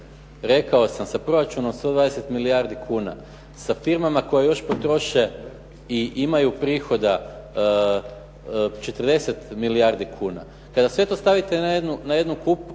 rekao sam sa proračunom od 120 milijardi kuna, sa firmama koje još potroše i imaju prihoda 40 milijardi kuna, kada sve to stavite na jednu kup,